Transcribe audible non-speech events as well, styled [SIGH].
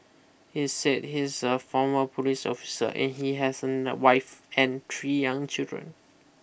he said he's a former police officer and he has [HESITATION] a wife and three young children